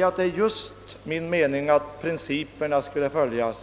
Det är just min mening att dessa skall följas.